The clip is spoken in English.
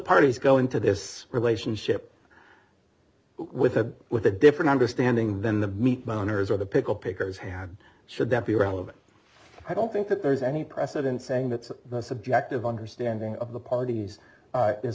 parties go into this relationship with a with a different understanding then the meat miners or the pickle pickers had should that be relevant i don't think that there's any precedent saying that's not subjective understanding of the parties